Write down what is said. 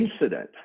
incident